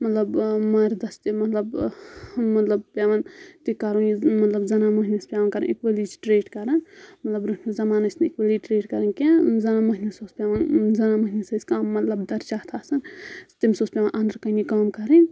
مطلب مَردَس تہِ مطلب مطلب پؠوان تہِ کَرُن یہِ مطلب زَنان مۄہنوِس پیوان کَرٕنۍ اِکؤلی ٹرٛیٖٹ کَران مطلب برونٛٹھ زَمانہٕ ٲسۍ نہٕ اِکولی ٹریٖٹ کَران کینٛہہ زَنان مۄہنوِس اوس پؠوان زَنان مۄہنوِس ٲسۍ کَم مطلب درجات آسان تٔمِس اوس پؠوان اَندرٕ کنی کٲم کَرٕنۍ